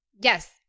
Yes